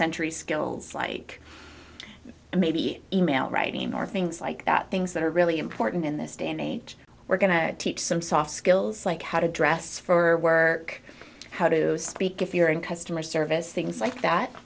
century skills like maybe email writing or things like that things that are really important in this day and age we're going to teach some soft skills like how to dress for work how to speak if you're in customer service things like that